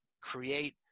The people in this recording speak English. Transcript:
create